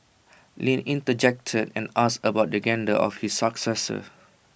Lin interjected and asked about the gender of his successor